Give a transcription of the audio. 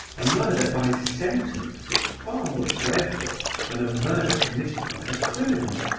a murder by sentence is far more dreadful than a murder committed by a criminal.